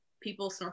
people